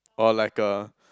or like a